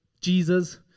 Jesus